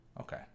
Okay